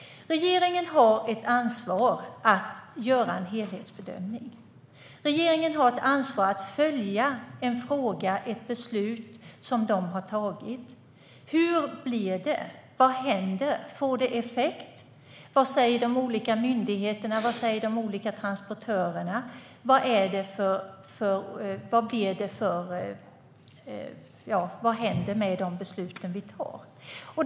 Regeringen har ett ansvar för att göra en helhetsbedömning. Regeringen har ett ansvar för att följa en fråga och ett beslut som den har fattat. Hur blir det? Vad händer? Får det effekt? Vad säger de olika myndigheterna? Vad säger de olika transportörerna? Vad händer med de beslut vi fattar?